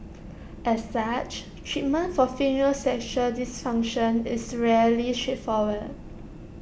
as such treatment for female sexual dysfunction is rarely straightforward